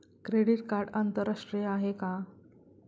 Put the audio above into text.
Credit card आंतरराष्ट्रीय आहे का?